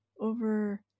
over